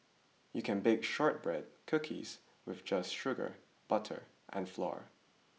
you can bake shortbread cookies with just sugar butter and flour